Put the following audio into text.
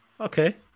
Okay